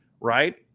Right